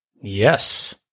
Yes